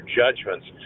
judgments